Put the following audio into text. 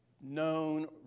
known